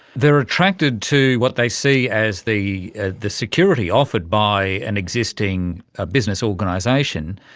they are attracted to what they see as the ah the security offered by an existing ah business organisation,